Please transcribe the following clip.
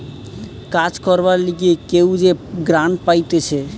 কাজ করবার লিগে কেউ যে গ্রান্ট পাইতেছে